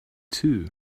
too